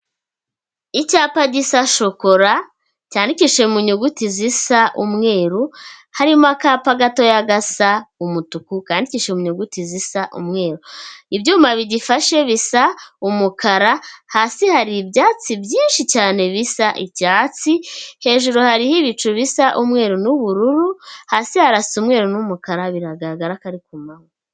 Icyapa gisa shokora, cyandikisheje mu nyuguti zisa umweru, harimo akapa gatoya gasa umutuku kandikishije mu nyuguti zisa umweru. Ibyuma bigifashe bisa umukara, hasi hari ibyatsi byinshi cyane bisa icyatsi, hejuru hariho ibicu bisa umweru n'ubururu, hasi harasa umweru n'umukara, biragaragara ko ari ku manywa.